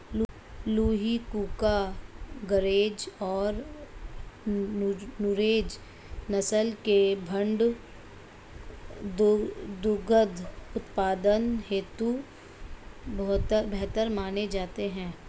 लूही, कूका, गरेज और नुरेज नस्ल के भेंड़ दुग्ध उत्पादन हेतु बेहतर माने जाते हैं